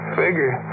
figure